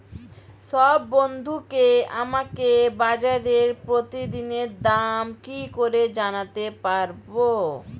সব বন্ধুকে আমাকে বাজারের প্রতিদিনের দাম কি করে জানাতে পারবো?